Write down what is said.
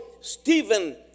Stephen